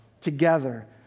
together